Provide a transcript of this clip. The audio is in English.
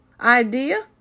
idea